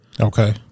Okay